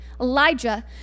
Elijah